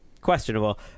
questionable